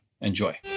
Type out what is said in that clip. Enjoy